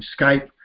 Skype